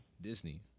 Disney